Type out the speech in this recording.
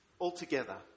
altogether